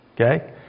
Okay